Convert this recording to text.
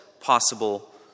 possible